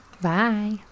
Bye